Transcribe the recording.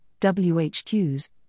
WHQs